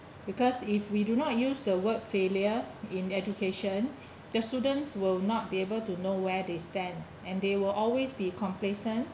because if we do not use the word failure in education the students will not be able to know where they stand and they will always be complacent